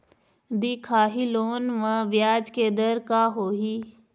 दिखाही लोन म ब्याज के दर का होही?